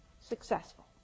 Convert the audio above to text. successful